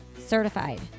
certified